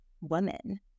woman